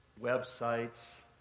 websites